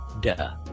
duh